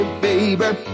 baby